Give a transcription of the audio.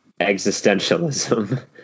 existentialism